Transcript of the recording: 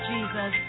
Jesus